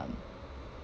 um